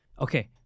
Okay